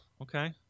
okay